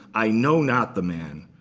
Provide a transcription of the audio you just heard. i know not the man.